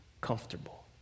comfortable